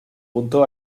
punto